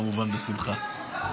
בשמחה.